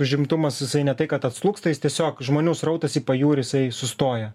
užimtumas jisai ne tai kad atslūgsta jis tiesiog žmonių srautas į pajūrį jisai sustoja